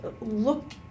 look